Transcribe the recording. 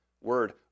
word